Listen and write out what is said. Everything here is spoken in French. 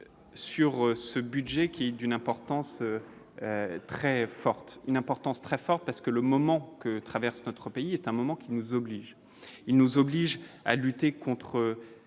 sur ce budget, qui est d'une importance très forte, une importance très forte parce que le moment que traverse notre pays est un moment qui nous oblige, il nous oblige à lutter contre